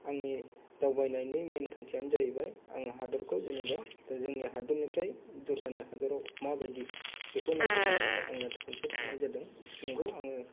आंनि दावबायनायनि मेन थांखियानो जाहोबाय आं हादोरखौ जेनोबा जोंनि हादोरनिफ्राय दसरानि हादोराव मा बायदि बेखौ नायदिंनो थाखाय आङो खनसे थांनाय जादों नंगौ आङो